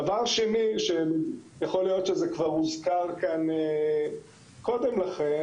דבר שני שיכול להיות שזה כבר הוזכר קודם לכן,